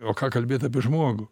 o ką kalbėt apie žmogų